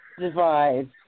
divide